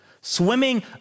swimming